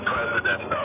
President